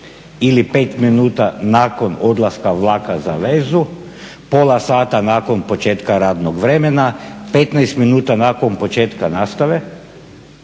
ili 5 minuta nakon odlaska vlaka za vezu, pola sata nakon početka radnog vremena, 15 minuta nakon početka nastave